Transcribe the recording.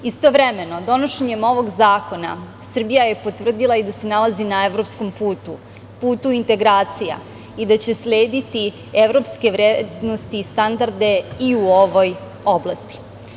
Istovremeno donošenje ovog zakona Srbija je potvrdila i da se nalazi na evropskom putu, putu integracija i da će slediti evropske vrednosti i standarde i u ovoj oblasti.